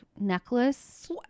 necklace